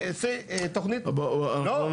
תכנית --- לא, בוא.